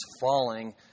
falling